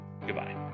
goodbye